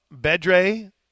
Bedre